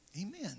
Amen